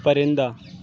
پرندہ